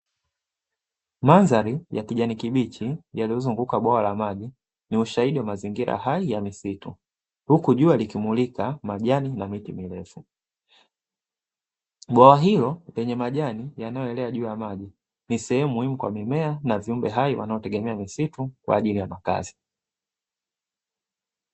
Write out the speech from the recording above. Mandhari ya kijani kibichi, yaliyozunguka bwawa la maji, ni ushahidi wa mazingira hai ya misitu. Huku jua likimulika majani na miti mirefu. Bwawa hilo lenye majani yanayoelea juu ya maji, ni sehemu muhimu kwa mimea na viumbe hai, wanaotegemea misitu kwa ajili ya makazi.